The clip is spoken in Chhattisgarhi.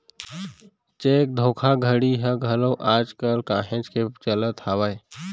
चेक धोखाघड़ी ह घलोक आज कल काहेच के चलत हावय